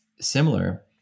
similar